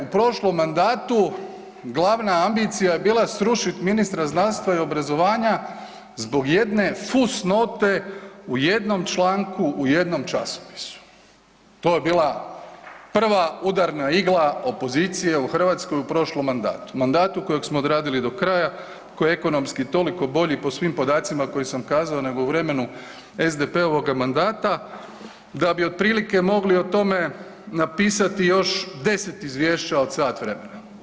U prošlom mandatu glavna ambicija je bila srušit ministra znanosti i obrazovanja zbog jedne fus note u jednom članku u jednom časopisu, to je bila prva udarna igla opozicije u Hrvatskoj u prošlom mandatu, mandatu kojeg smo odradili do kraja koji je ekonomski toliko bolji po svim podacima koje sam kazao nego u vremenu SDP-ovog mandata da bi otprilike mogli o tome napisati još 10 izvješća od sat vremena.